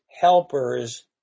helpers